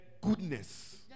goodness